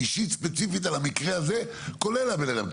אישית, ספציפית, על המקרה הזה, כולל הבן-אדם.